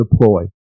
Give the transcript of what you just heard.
deploy